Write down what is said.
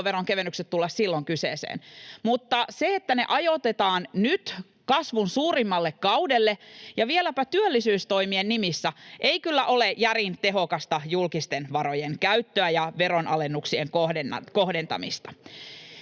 kevennykset tulla silloin kyseeseen. Mutta se, että ne ajoitetaan nyt kasvun suurimmalle kaudelle ja vieläpä työllisyystoimien nimissä, ei kyllä ole järin tehokasta julkisten varojen käyttöä ja veronalennuksien kohdentamista.